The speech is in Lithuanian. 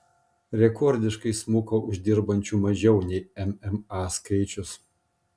rekordiškai smuko uždirbančių mažiau nei mma skaičius